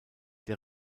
der